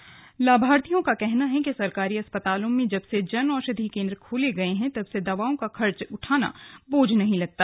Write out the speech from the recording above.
bite लाभार्थी लाभार्थियों का कहना है कि सरकारी अस्पतालों में जब से जन औषधि केन्द्र खोले गए हैं तब से दवाओं का खर्च उठाना बोझ नहीं लगता